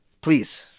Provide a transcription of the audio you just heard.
please